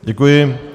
Děkuji.